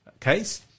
case